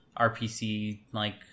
RPC-like